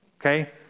Okay